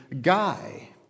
guy